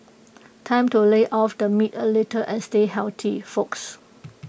time to lay off the meat A little and stay healthy folks